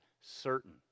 certain